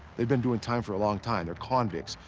they've been doing time for a long time, they're convicts,